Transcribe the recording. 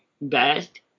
best